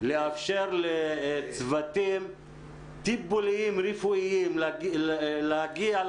שמאפשרת לצוותים טיפוליים רפואיים להגיע אל